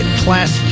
class